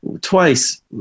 twice